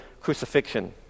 crucifixion